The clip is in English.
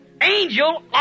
angel